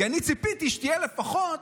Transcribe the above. כי אני ציפיתי שתהיה לפחות,